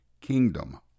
kingdom